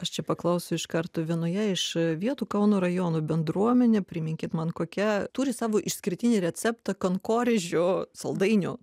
aš čia paklausiu iš karto vienoje iš vietų kauno rajonų bendruomenė priminkit man kokia turi savo išskirtinį receptą kankorėžių saldainių